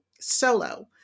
solo